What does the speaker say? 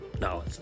No